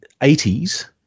80s